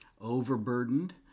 overburdened